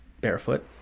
barefoot